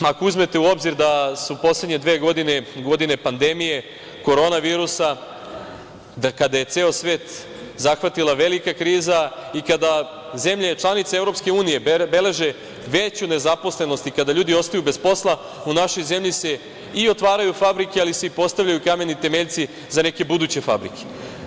Ako uzmete u obzir da se u poslednje dve godine, godine pandemije korona virusa, da kada je ceo svet zahvatila velika kriza i kada zemlje članice EU beleže veću nezaposlenost i kada ljudi ostaju bez posla, u našoj zemlji se i otvaraju i fabrike, ali se i postavljaju kameni temeljci za neke buduće fabrike.